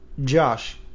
Josh